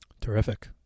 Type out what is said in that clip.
Terrific